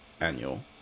annual